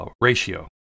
ratio